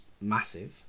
massive